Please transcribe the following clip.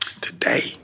today